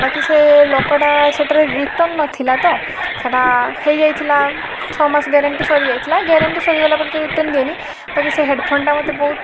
ବାକି ସେ ଲୋକଟା ସେଇଟାରେ ରିଟର୍ନ୍ ନଥିଲା ତ ସେଇଟା ହେଇଯାଇଥିଲା ଛଅ ମାସ ଗ୍ୟାରେଣ୍ଟି ସରି ଯାଇଥିଲା ଗ୍ୟାରେଣ୍ଟି ସରିଗଲା ପରେ ତ ରିଟର୍ନ୍ ଦିଏନି ବାକି ସେ ହେଡ଼୍ଫୋନ୍ଟା ମୋତେ ବହୁତ୍